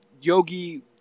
Yogi